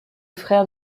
frère